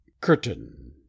Curtain